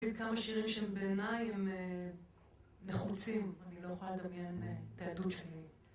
כמה שירים שהם בעיניי הם נחוצים, אני לא יכולה לדמיין את הילדות שלי